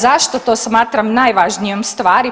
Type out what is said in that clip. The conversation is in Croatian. Zašto to smatram najvažnijom stvari?